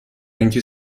اینکه